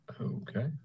Okay